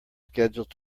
scheduled